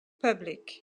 public